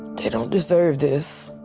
they don't deserve this.